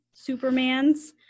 Supermans